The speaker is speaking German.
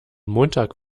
montag